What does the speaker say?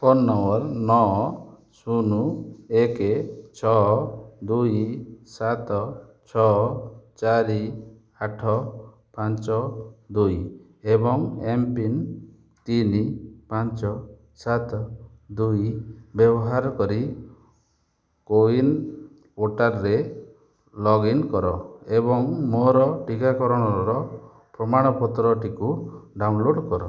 phone number ନଅ ଶୂନ ଏକ ଛଅ ଦୁଇ ସାତ ଛଅ ଚାରି ଆଠ ପାଞ୍ଚ ଦୁଇ ଏବଂ ଏମ୍ ପିନ୍ ତିନି ପାଞ୍ଚ ସାତ ଦୁଇ ବ୍ୟବହାର କରି କୋୱିନ୍ ପୋର୍ଟାଲ୍ରେ ଲଗ୍ ଇନ୍ କର ଏବଂ ମୋର ଟିକାକରଣର ପ୍ରମାଣପତ୍ରଟିକୁ ଡାଉନଲୋଡ଼୍ କର